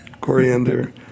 coriander